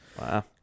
Wow